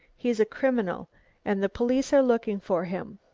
he is a criminal and the police are looking for him.